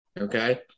okay